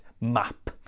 map